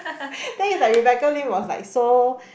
then it's like Rebecca-Lim was like so